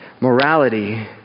Morality